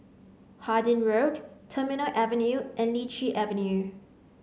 Harding Road Terminal Avenue and Lichi Avenue